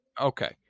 Okay